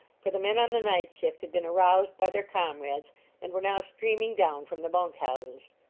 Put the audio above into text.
for the men on the night shift had been aroused by their comrades and were now streaming down from the bunk-houses.